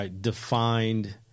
defined